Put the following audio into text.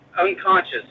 unconscious